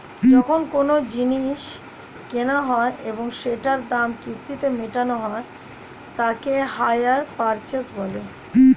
যখন কোনো জিনিস কেনা হয় এবং সেটার দাম কিস্তিতে মেটানো হয় তাকে হাইয়ার পারচেস বলে